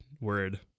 word